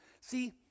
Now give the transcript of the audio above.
See